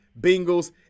Bengals